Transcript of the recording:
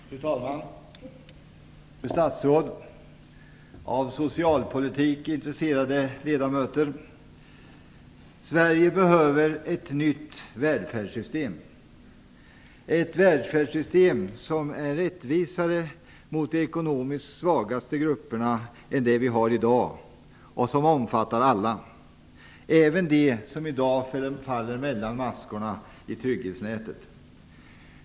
Fru talman! Fru statsråd, av socialpolitik intresserade ledamöter! Sverige behöver ett nytt välfärdssystem, ett välfärdssystem som är rättvisare mot de ekonomiskt svagaste grupperna än det vi har i dag och som omfattar alla, även dem som i dag faller mellan maskorna i trygghetsnätet.